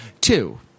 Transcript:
Two